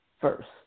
first